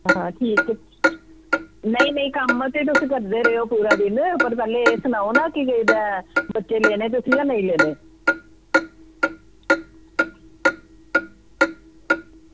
आं ठीक नेईं नेईं कम्म ते तुस करदे रवेओ पूरा दिन की पैह्लें एह् सनाओ ना कि केह्दा ऐ बच्चे लैने तुसें जां नेईं लैने